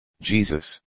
Jesus